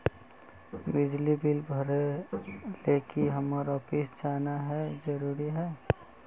बिजली बिल भरे ले की हम्मर ऑफिस जाना है जरूरी है?